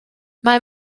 mae